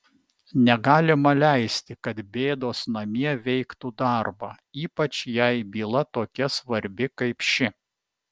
negalima leisti kad bėdos namie veiktų darbą ypač jei byla tokia svarbi kaip ši